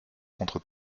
contre